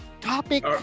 topic